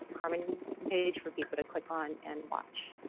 carmen page for people to click on and watch